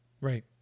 Right